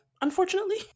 unfortunately